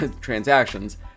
transactions